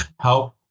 help